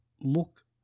look